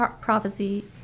prophecy